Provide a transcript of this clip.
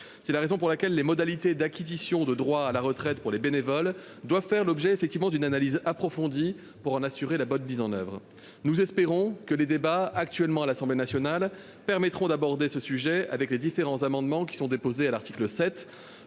C'est la raison pour laquelle les modalités d'acquisition de droits à la retraite pour les bénévoles doivent faire l'objet d'une analyse approfondie, pour en assurer la bonne mise en oeuvre. Nous espérons que les débats en cours à l'Assemblée nationale permettront d'aborder ce sujet au travers des différents amendements qui sont déposés à l'article 7.